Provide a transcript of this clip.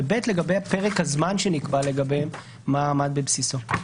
שנית, לגבי פרק הזמן שנקבע לגביהם, מה עמד לבסיסו?